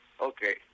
Okay